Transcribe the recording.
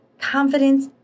confidence